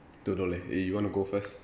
don't know leh eh you want to go first